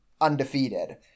undefeated